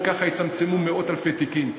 וכך יצמצמו מאות אלפי תיקים.